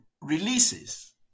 releases